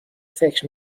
فکر